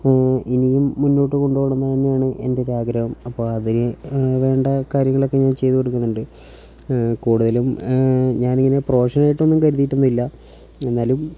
ഇനിയും മുന്നോട്ട് കൊണ്ടുപോണം എന്നുതന്നെയാണ് എൻ്റെ ഒരാഗ്രഹം അപ്പോൾ അതിന് വേണ്ട കാര്യങ്ങളൊക്കെ ഞാൻ ചെയ്തുകൊടുക്കുന്നുണ്ട് കൂടുതലും ഞാനിങ്ങനെ പ്രൊഫഷനായിട്ടൊന്നും കരുതിയിട്ടൊന്നുമില്ല എന്നാലും